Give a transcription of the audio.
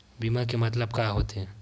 बीमा के मतलब का होथे?